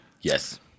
Yes